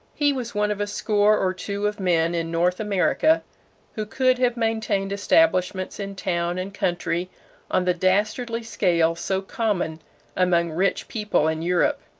he was one of a score or two of men in north america who could have maintained establishments in town and country on the dastardly scale so common among rich people in europe.